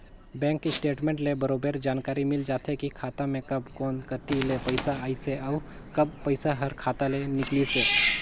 bank statement ले बरोबर जानकारी मिल जाथे की खाता मे कब कोन कति ले पइसा आइसे अउ कब पइसा हर खाता ले निकलिसे